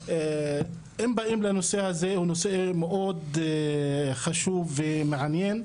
אם באים לנושא הזה הוא נושא מאוד חשוב ומעניין,